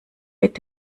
mit